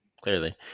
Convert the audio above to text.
Clearly